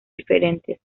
diferentes